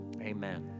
amen